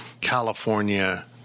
California